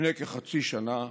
לפני כחצי שנה,